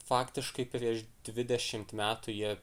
faktiškai prieš dvidešimt metų jie